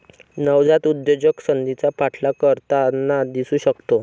नवजात उद्योजक संधीचा पाठलाग करताना दिसू शकतो